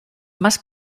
más